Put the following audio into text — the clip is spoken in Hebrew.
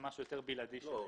זה משהו יותר בלעדי לעירייה.